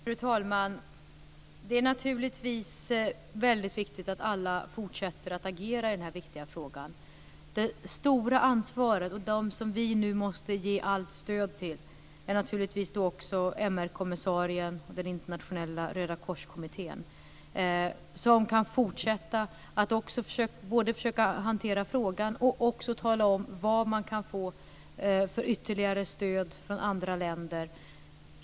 Fru talman! Det är naturligtvis väldigt viktigt att alla fortsätter att agera i denna viktiga fråga. Det stora ansvaret - de som vi nu måste ge allt stöd till - har naturligtvis MR-kommissarien och den internationella rödakorskommittén, som kan fortsätta att både försöka hantera frågan och tala om vad man kan få för ytterligare stöd från andra länder.